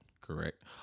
Correct